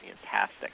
Fantastic